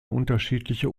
unterschiedliche